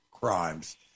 crimes